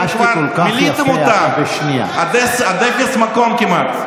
לא, לאחר שאתם כבר מילאתם אותה עד אפס מקום כמעט?